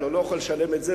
הלוא הוא לא יכול לשלם את זה,